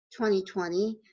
2020